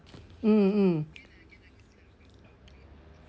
mm mm